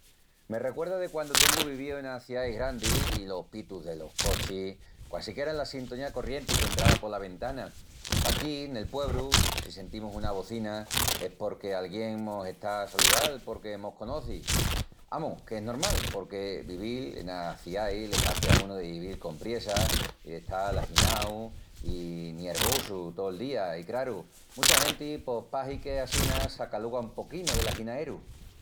Me recuerda de quandu tengu vivíu en ciais grandis i los pitus delos cochis quasi qu'eran la sintonía corrienti qu'entrava pola ventana. Paquí nel puebru, si sentimus una bocina es porque alguién mos está a saludal porque mos conoci. Amus, qu'es normal, porque vivil enas ciais le hazi a unu de vivil con priessa i d'estal aginau i niervosu tol día, i craru, mucha genti pos pahi que assina s'acaluga un poquinu del aginaeru.